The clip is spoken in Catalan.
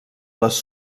les